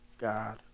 God